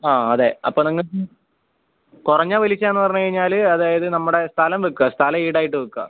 ആ അതെ അപ്പോൾ നിങ്ങൾ കുറഞ്ഞ പലിശ എന്ന് പറഞ്ഞുകഴിഞ്ഞാൽ അതായത് നമ്മുടെ സ്ഥലം വയ്ക്കുക സ്ഥലം ഈടായിട്ട് വയ്ക്കുക